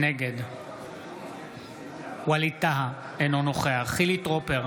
נגד ווליד טאהא, אינו נוכח חילי טרופר